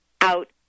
out